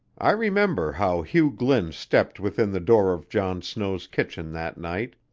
i remember how hugh glynn stepped within the door of john snow's kitchen that night,